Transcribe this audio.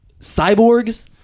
cyborgs